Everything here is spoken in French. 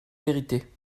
vérité